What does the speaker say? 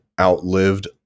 outlived